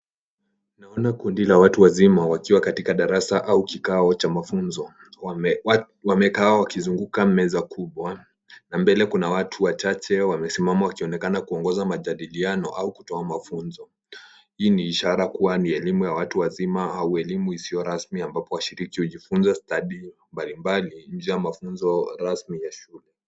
Naona kundi la watu wazima wakiwa katika darasa au kikao cha mafunzo. Wamekaa wakizunguka meza kubwa na mbele kuna watu wachache wamesimama wakionekana kuongoza majadiliano au kutowa mafunzo. Hii ni ishara kuwa ni elimu ya watu wazima au elimu isiyo rasmi ambapo washiriki hujifunza stadi mbalimbali njia mafunzo rasmi ya shule.